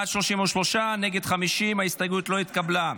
בעד, 33, נגד, 50. ההסתייגות לא התקבלה.